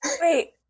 Wait